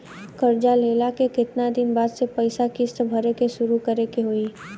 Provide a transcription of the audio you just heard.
कर्जा लेला के केतना दिन बाद से पैसा किश्त भरे के शुरू करे के होई?